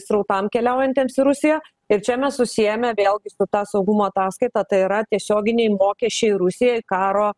srautam keliaujantiems į rusiją ir čia mes susiejame vėlgi su ta saugumo ataskaita tai yra tiesioginiai mokesčiai rusijai karo